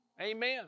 Amen